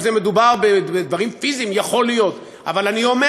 אם מדובר בדברים פיזיים,